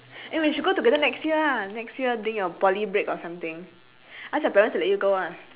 eh we should go together next year ah next year during your poly break or something ask your parents to let you go ah